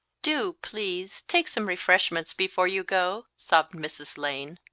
do please take some refreshments before you go! sobbed mrs. lane.